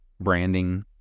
branding